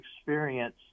experience